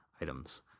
items